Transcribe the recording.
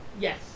Yes